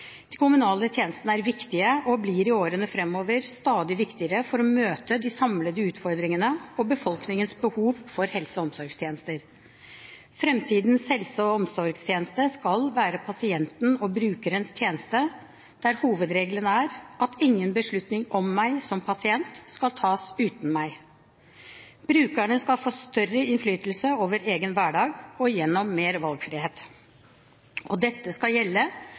De kommunale tjenestene er viktige og blir i årene framover stadig viktigere for å møte de samlede utfordringene og befolkningens behov for helse- og omsorgstjenester. Framtidens helse- og omsorgstjeneste skal være pasienten og brukerens tjeneste, der hovedregelen er at ingen beslutninger om meg som pasient skal tas uten meg. Brukerne skal få større innflytelse over egen hverdag gjennom mer valgfrihet. Dette skal gjelde